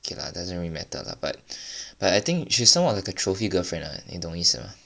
K lah doesn't really matter lah but but I think she's somewhat like a trophy girlfriend lah 你懂意思吗